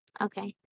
Okay